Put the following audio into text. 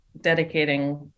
dedicating